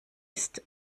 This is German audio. ist